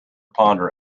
ponder